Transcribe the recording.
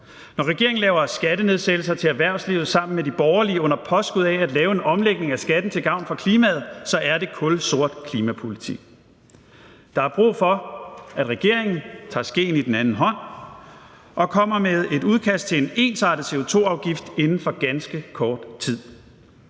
Når regeringen laver skattenedsættelser til erhvervslivet sammen med de borgerlige under påskud af at lave en omlægning af skatten til gavn for klimaet, er det kulsort klimapolitik. Der er brug for, at regeringen tager skeen i den anden hånd og kommer med et udkast til en ensartet CO2-afgift inden for ganske kort tid.